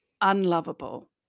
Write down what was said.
unlovable